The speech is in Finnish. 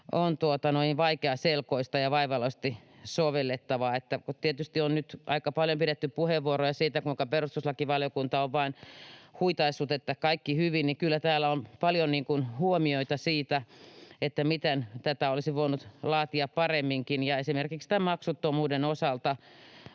on vaikeaselkoista ja vaivalloisesti sovellettavaa. Nyt on tietysti aika paljon pidetty puheenvuoroja siitä, kuinka perustuslakivaliokunta on vain huitaissut, että kaikki hyvin, mutta kyllä täällä on paljon huomioita, miten tätä olisi voinut laatia paremminkin, ja esimerkiksi tämän maksuttomuuden osalta